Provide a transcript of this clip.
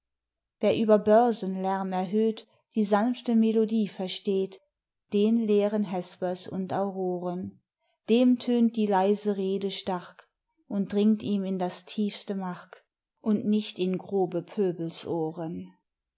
wer über börsenlärm erhöht die sanfte melodie versteht den lehren hespers und auroren dem tönt die leise rede stark und dringt ihm in das tiefste mark und nicht in grobe